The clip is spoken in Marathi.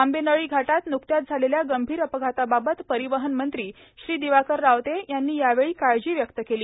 आंबेनळी घाटात व्रुकत्याच झालेल्या गंभीर अपघाताबाबत परिवहन मंत्री श्री दिवाकर रावते यांनी यावेळी काळजी व्यक्त केली